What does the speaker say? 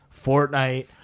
Fortnite